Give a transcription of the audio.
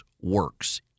works